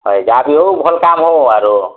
ଯାହା ବି ହେଉ ଭଲ କାମ ହଉ ଆରୁ